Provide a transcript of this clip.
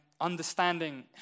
understanding